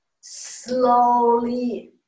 slowly